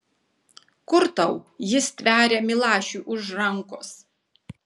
kur tau ji stveria milašiui už rankos